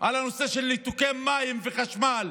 הנושא של ניתוקי מים וחשמל.